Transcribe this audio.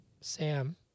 Sam